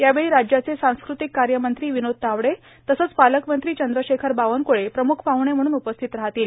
यावेळी राज्याचे सांस्कृतिक कार्यमंत्री विनोद तावडे तसंच पालकमंत्री चंद्रशेखर बावनक्ळे प्रमुख पाहुणे म्हणून उपस्थित राहतील